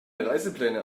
reisepläne